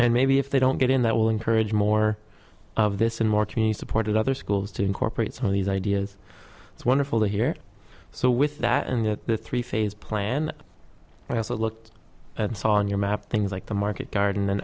and maybe if they don't get in that will encourage more of this and more community supported other schools to incorporate some of these ideas it's wonderful to hear so with that in the three phase plan i also looked and saw on your map things like the market garden